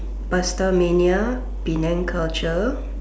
pastamania Penang culture